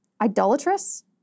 Idolatrous